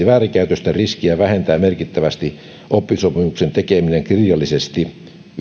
väärinkäytösten riskiä vähentävät merkittävästi oppisopimuksen tekeminen kirjallisesti